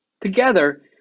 Together